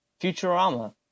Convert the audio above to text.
Futurama